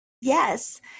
Yes